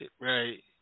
Right